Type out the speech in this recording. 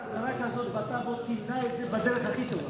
הדרך הכי טובה.